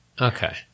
Okay